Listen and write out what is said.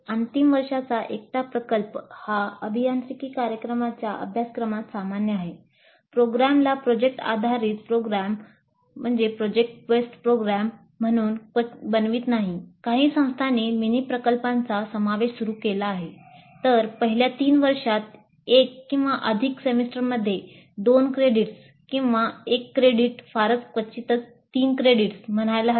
अंतिम वर्षाचा एकटा प्रकल्प म्हणायला हवे